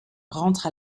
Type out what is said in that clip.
rentre